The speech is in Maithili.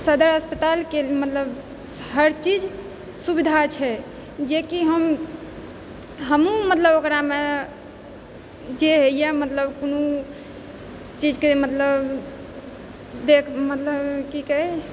सदर अस्पतालके मतलब हर चीज सुविधा छै जे कि हम हमहुँ मतलब ओकरामे जे होइए मतलब कोनो चीजके मतलब देख मतलब कि कहे